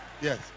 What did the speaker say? yes